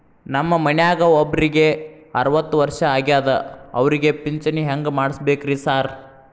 ನಮ್ ಮನ್ಯಾಗ ಒಬ್ರಿಗೆ ಅರವತ್ತ ವರ್ಷ ಆಗ್ಯಾದ ಅವ್ರಿಗೆ ಪಿಂಚಿಣಿ ಹೆಂಗ್ ಮಾಡ್ಸಬೇಕ್ರಿ ಸಾರ್?